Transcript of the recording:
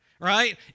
right